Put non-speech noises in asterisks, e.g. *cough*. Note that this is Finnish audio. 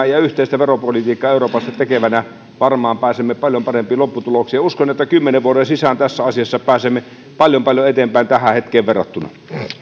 *unintelligible* ja yhteistä veropolitiikkaa euroopassa tekevänä varmaan pääsemme paljon parempiin lopputuloksiin uskon että kymmenen vuoden sisään tässä asiassa pääsemme paljon paljon eteenpäin tähän hetkeen verrattuna